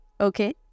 Okay